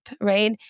right